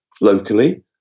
locally